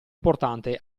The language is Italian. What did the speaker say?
importante